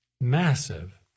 massive